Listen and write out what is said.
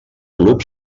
club